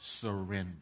surrender